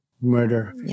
murder